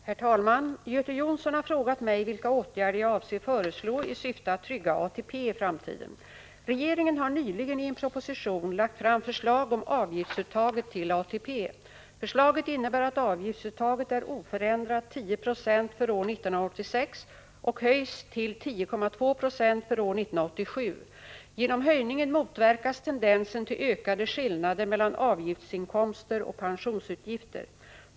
Herr talman! Göte Jonsson har frågat mig vilka åtgärder jag avser föreslå i syfte att trygga ATP i framtiden. Regeringen har nyligen i en proposition lagt fram förslag om avgiftsuttaget till ATP. Förslaget innebär att avgiftsuttaget är oförändrat, 10,0 96 för år 1986, och att det höjs till 10,2 96 för år 1987. Genom höjningen motverkas tendensen till ökade skillnader mellan avgiftsinkomster och pensionsutgifter.